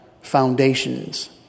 foundations